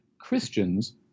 Christians